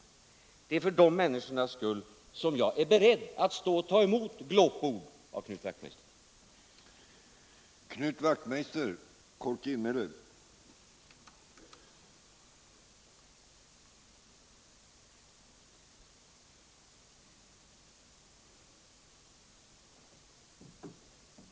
Och det är för deras skull jag är beredd att stå och ta emot glåpord av Knut Wachtmeister.